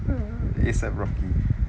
ASAP rocky